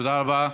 תודה רבה.